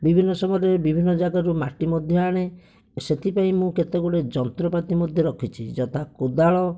ବିଭିନ୍ନ ସମୟରେ ବିଭିନ୍ନ ଜାଗାରୁ ମାଟି ମଧ୍ୟ ଆଣେ ସେଥିପାଇଁ ମୁଁ କେତେ ଗୁଡ଼ିଏ ଯନ୍ତ୍ରପାତି ମଧ୍ୟ ରଖିଛି ଯଥା କୋଦାଳ